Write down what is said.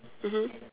mmhmm